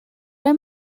i’m